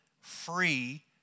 free